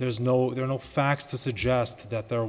there is no there are no facts to suggest that there